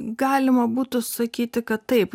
galima būtų sakyti kad taip